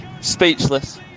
Speechless